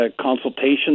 consultation